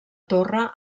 torre